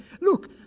Look